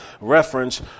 reference